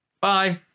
bye